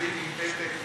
עוברים עם פתק ורושמים.